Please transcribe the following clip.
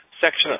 section